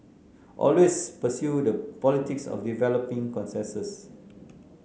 always pursue the politics of developing consensus